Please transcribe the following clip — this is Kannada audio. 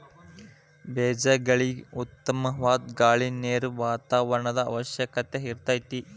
ಬೇಜಗಳಿಗೆ ಉತ್ತಮವಾದ ಗಾಳಿ ನೇರು ವಾತಾವರಣದ ಅವಶ್ಯಕತೆ ಇರತತಿ